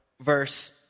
Verse